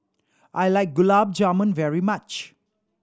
I like Gulab Jamun very much